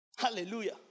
Hallelujah